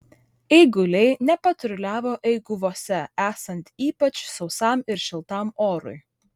eiguliai nepatruliavo eiguvose esant ypač sausam ir šiltam orui